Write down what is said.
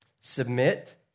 submit